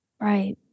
Right